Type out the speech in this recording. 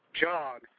jog